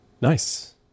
Nice